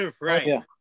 Right